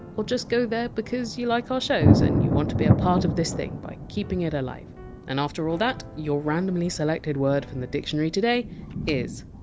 or just go there because you like our shows and you want to be a part of this thing by keeping it alive and after all that, your randomly selected word from the dictionary today is!